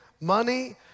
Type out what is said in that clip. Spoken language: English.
money